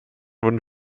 wurden